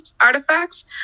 artifacts